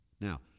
Now